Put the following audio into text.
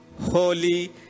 holy